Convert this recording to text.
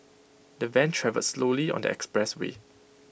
the van travelled slowly on the expressway